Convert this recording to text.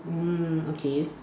mm okay